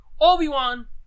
Obi-Wan